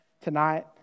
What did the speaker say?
tonight